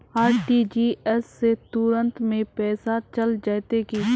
RTGS से तुरंत में पैसा चल जयते की?